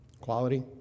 quality